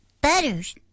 Butters